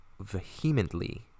vehemently